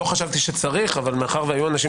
לא חשבתי שצריך אבל מאחר שהיו אנשים